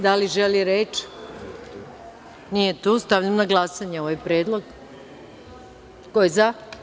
Da li želi reč? (Ne, nije tu.) Stavljam na glasanje ovaj predlog.